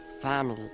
family